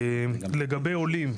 לגבי עולים,